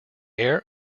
air